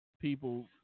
people